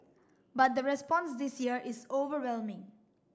but the response this year is overwhelming